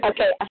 Okay